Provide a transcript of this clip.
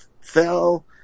fell